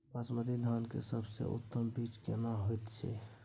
बासमती धान के सबसे उन्नत बीज केना होयत छै?